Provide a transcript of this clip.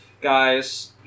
Guys